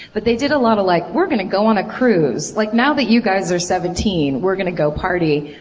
but they did a lot of like, we're gonna go on a cruise! like now that you guys are seventeen, we're gonna go party.